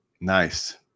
nice